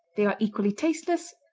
they are equally tasteless,